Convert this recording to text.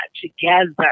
together